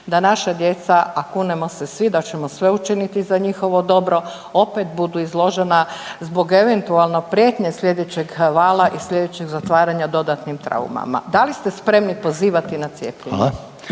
da naša djeca, a kunemo se svi da ćemo sve učiniti za njihovo dobro opet budu izložena zbog eventualno prijetnje slijedećeg vala i slijedećeg zatvaranja dodatni traumama? Da li ste spremi pozivati na cijepljenje?